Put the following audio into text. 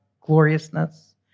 gloriousness